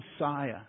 Messiah